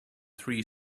three